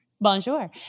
Bonjour